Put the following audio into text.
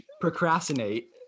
procrastinate